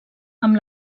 amb